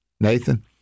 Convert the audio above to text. Nathan